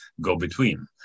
go-between